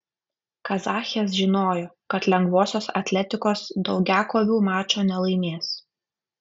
kazachės žinojo kad lengvosios atletikos daugiakovių mačo nelaimės